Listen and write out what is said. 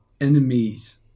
enemies